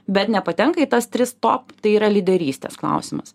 bet nepatenka į tas tris top tai yra lyderystės klausimas